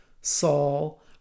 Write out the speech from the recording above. Saul